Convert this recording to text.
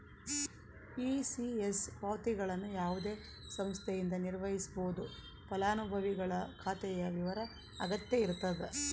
ECS ಪಾವತಿಗಳನ್ನು ಯಾವುದೇ ಸಂಸ್ಥೆಯಿಂದ ನಿರ್ವಹಿಸ್ಬೋದು ಫಲಾನುಭವಿಗಳ ಖಾತೆಯ ವಿವರ ಅಗತ್ಯ ಇರತದ